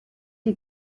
die